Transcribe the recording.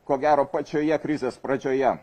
ko gero pačioje krizės pradžioje